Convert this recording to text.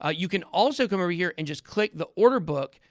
ah you can also come over here and just click the order book.